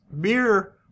beer